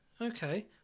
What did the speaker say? Okay